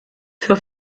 für